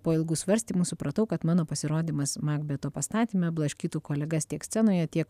po ilgų svarstymų supratau kad mano pasirodymas makbeto pastatyme blaškytų kolegas tiek scenoje tiek